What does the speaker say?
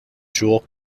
jewel